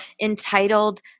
entitled